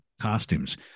costumes